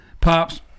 pops